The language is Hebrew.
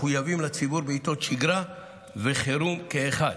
מחויבים לציבור בעיתות שגרה וחירום כאחד.